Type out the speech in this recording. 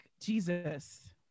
Jesus